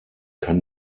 kann